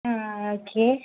ആഹ് okay